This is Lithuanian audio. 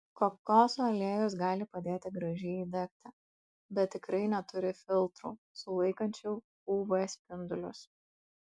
kokosų aliejus gali padėti gražiai įdegti bet tikrai neturi filtrų sulaikančių uv spindulius